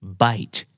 bite